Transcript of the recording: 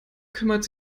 kümmert